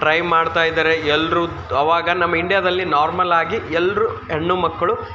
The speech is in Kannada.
ಟ್ರೈ ಮಾಡ್ತಾ ಇದ್ದಾರೆ ಎಲ್ಲರೂ ಅವಾಗ ನಮ್ಮ ಇಂಡಿಯಾದಲ್ಲಿ ನಾರ್ಮಲ್ಲಾಗಿ ಎಲ್ಲರೂ ಹೆಣ್ಣು ಮಕ್ಕಳು